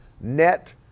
net